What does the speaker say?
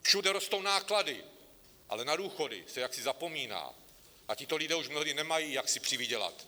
Všude rostou náklady, ale na důchody se jaksi zapomíná, a tito lidé již mnohdy nemají, jak si přivydělat.